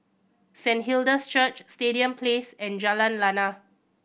Saint Hilda's Church Stadium Place and Jalan Lana